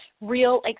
real